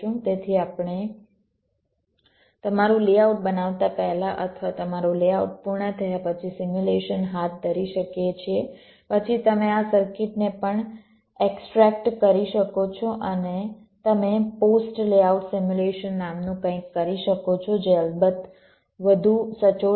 તેથી આપણે તમારું લેઆઉટ બનાવતા પહેલા અથવા તમારું લેઆઉટ પૂર્ણ થયા પછી સિમ્યુલેશન હાથ ધરી શકીએ છીએ પછી તમે આ સર્કિટને પણ એક્સટ્રેક્ટ કરી શકો છો અને તમે પોસ્ટ લેઆઉટ સિમ્યુલેશન નામનું કંઈક કરી શકો છો જે અલબત્ત વધુ સચોટ હશે